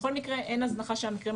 בכל מקרה, אין הזנחה ש המקרים.